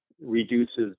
reduces